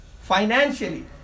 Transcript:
financially